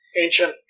Ancient